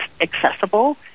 accessible